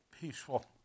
peaceful